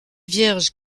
vierge